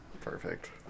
Perfect